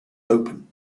open